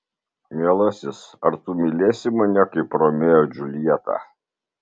mielasis ar tu mylėsi mane kaip romeo džiuljetą